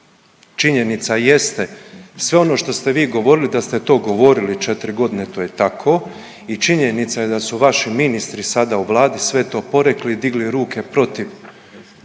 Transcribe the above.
Činjenica jeste, sve ono što ste vi govorili, da ste to govorili 4 godine, to je tako i činjenica je da su vaši ministri sada u Vladi sve to porekli i digli ruke protiv